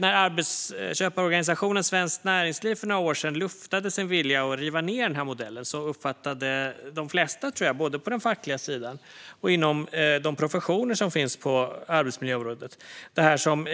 När arbetsköparorganisationen Svenskt Näringsliv för några år sedan luftade sin vilja att riva ned den här modellen uppfattade de flesta, tror jag, både på den fackliga sidan och inom de professioner som finns på arbetsmiljöområdet, detta som